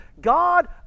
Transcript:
God